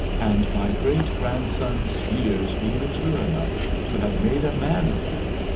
and my great-grandson's years be mature enough to have made a man of him,